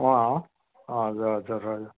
अँ हजुर हजुर हजुर